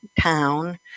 town